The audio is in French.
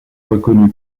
reconnu